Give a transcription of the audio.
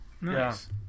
Nice